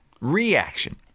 reaction